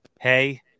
hey